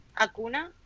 Acuna